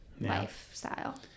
lifestyle